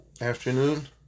afternoon